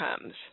comes